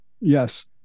yes